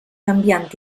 canviant